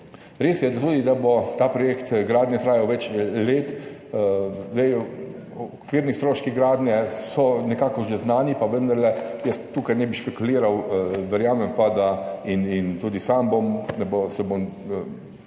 Res je tudi, da bo ta projekt gradnje trajal več let. Okvirni stroški gradnje so nekako že znani, pa vendarle jaz tukaj ne bi špekuliral. Verjamem pa, in tudi sam se bom